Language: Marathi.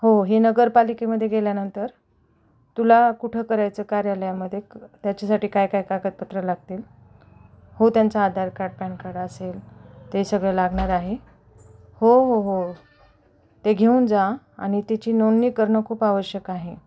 हो हे नगरपालिकेमध्ये गेल्यानंतर तुला कुठं करायचं कार्यालयामध्ये क त्याच्यासाठी काय काय कागदपत्रं लागतील हो त्यांचं आधार कार्ड पॅन कार्ड असेल ते सगळं लागणार आहे हो हो हो ते घेऊन जा आणि त्याची नोंदणी करणं खूप आवश्यक आहे